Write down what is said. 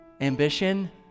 Ambition